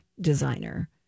designer